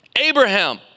Abraham